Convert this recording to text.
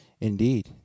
indeed